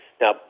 Now